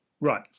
Right